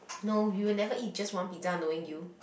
no you will never eat just one pizza knowing you